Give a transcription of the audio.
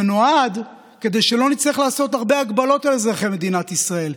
זה נועד כדי שלא נצטרך לעשות הרבה הגבלות על אזרחי מדינת ישראל,